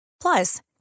Plus